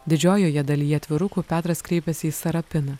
didžiojoje dalyje atvirukų petras kreipėsi į sarapiną